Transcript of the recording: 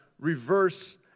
reverse